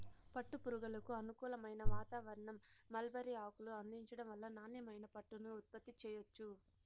పట్టు పురుగులకు అనుకూలమైన వాతావారణం, మల్బరీ ఆకును అందించటం వల్ల నాణ్యమైన పట్టుని ఉత్పత్తి చెయ్యొచ్చు